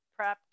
prepped